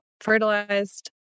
fertilized